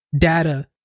data